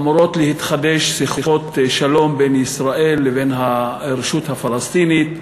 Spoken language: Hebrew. אמורות להתחדש שיחות שלום בין ישראל לבין הרשות הפלסטינית.